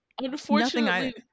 Unfortunately